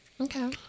Okay